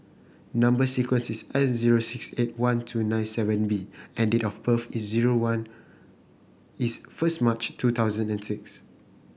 number sequence is S zero six eight one two nine seven B and date of birth is zero one is first March two thousand and six